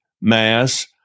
mass